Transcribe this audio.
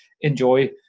enjoy